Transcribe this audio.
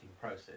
process